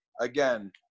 again